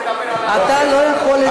אתה לא יכול לדבר בנושא אחר.